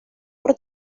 por